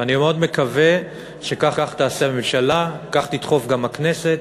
ואני מאוד מקווה שכך תעשה הממשלה ולכך תדחף גם הכנסת.